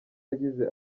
yagize